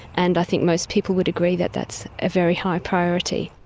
and i think most people would agree that that's a very high priority.